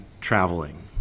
traveling